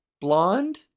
Blonde